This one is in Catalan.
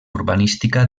urbanística